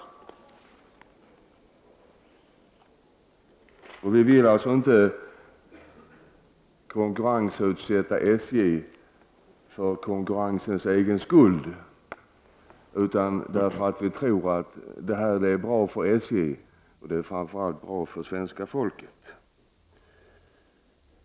Vi moderater vill inte utsätta SJ för konkurrens för konkurrensens egen skull, utan för att vi tror att konkurrens vore bra för SJ och framför allt för svenska folket.